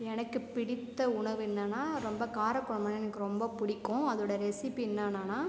எனக்கு பிடித்த உணவு என்னென்னா ரொம்ப காரக்குழம்பு எனக்கு ரெம்ப பிடிக்கும் அதோட ரெஸிப்பி என்னெனனா